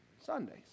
Sundays